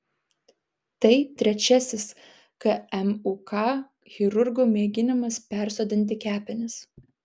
tai trečiasis kmuk chirurgų mėginimas persodinti kepenis